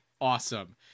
awesome